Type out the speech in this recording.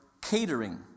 catering